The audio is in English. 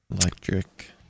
Electric